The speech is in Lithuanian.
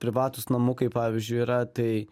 privatūs namukai pavyzdžiui yra tai